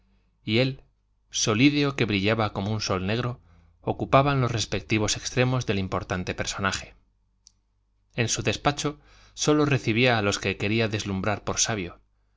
y el solideo que brillaba como un sol negro ocupaban los respectivos extremos del importante personaje en su despacho sólo recibía a los que quería deslumbrar por sabio